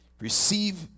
Receive